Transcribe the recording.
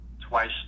twice